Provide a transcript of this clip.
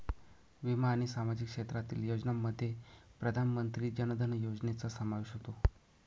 विमा आणि सामाजिक क्षेत्रातील योजनांमध्ये प्रधानमंत्री जन धन योजनेचा समावेश होतो